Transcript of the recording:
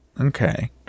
Okay